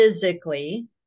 physically